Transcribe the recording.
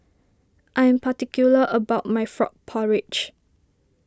I am particular about my Frog Porridge